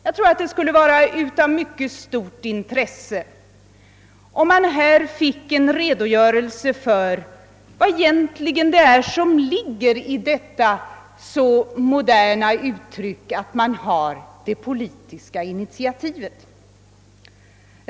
Jag tror att det skulle vara av mycket stort intresse, om man här finge en redogörelse för vad det egentligen är som lig ger i detta så moderna uttryck att man har det politiska initiativet.